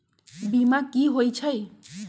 बीमा कि होई छई?